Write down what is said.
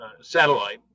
satellite